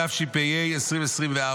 התשפ"ה 2024,